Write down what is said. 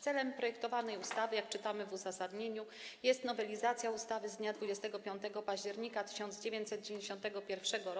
Celem projektowanej ustawy, jak czytamy w uzasadnieniu, jest nowelizacja ustawy z dnia 25 października 1991 r.